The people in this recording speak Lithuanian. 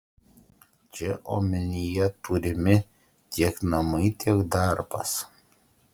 čia omenyje turimi tiek namai tiek darbas